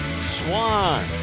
Swan